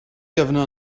governor